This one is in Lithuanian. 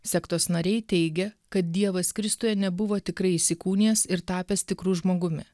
sektos nariai teigia kad dievas kristuje nebuvo tikrai įsikūnijęs ir tapęs tikru žmogumi